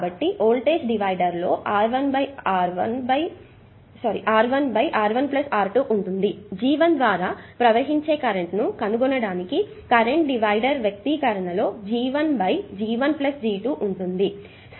కాబట్టి వోల్టేజ్ డివైడర్లో R1 R1 R2 ఉంటుంది G1 ద్వారా ప్రవహించే కరెంట్ ని కనుగొనడానికి కరెంట్ డివైడర్ వ్యక్తీకరణలో G1 G1G2 ఉంటుంది